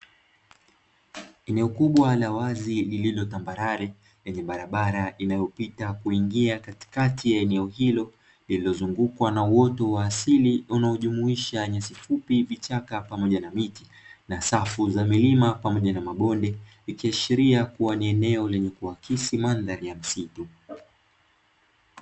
Eneo kubwa la wazi lililo tambalare lenye barabara inayopita kuingia katikati ya eneo hilo, lililozungukwa na uoto wa asili unaojumuisha nyasi fupi, vichaka pamoja na miti na safu za milima pamoja na mabonde, likiashiria ni eneo lenye kuakisi mandhari ya msitu.